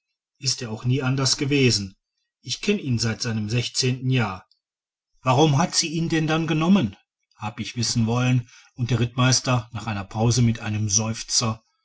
ist auch nie anders gewesen ich kenn ihn seit seinem sechzehnten jahr warum hat sie ihn denn dann genommen hab ich wissen wollen und der rittmeister nach einer pause mit einem seufzer